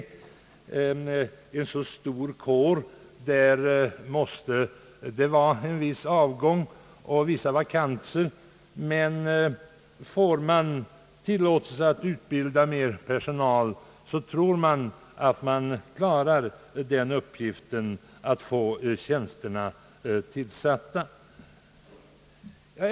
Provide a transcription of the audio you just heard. I en så stor kår som denna måste det vara en viss avgång och vissa vakanser, men om man får tillåtelse att utbilda mer personal, tror man att man kan klara uppgiften att få tjänsterna tillsatta.